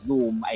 Zoom